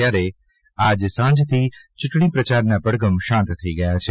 ત્યારે આજ સાંજથી ચૂંટણી પ્રચારના પડઘમ શાંત થઇ ગયા છે